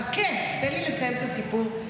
חכה, תן לי לסיים את הסיפור.